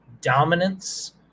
dominance